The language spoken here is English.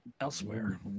elsewhere